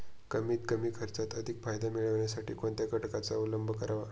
कमीत कमी खर्चात अधिक फायदा मिळविण्यासाठी कोणत्या घटकांचा अवलंब करावा?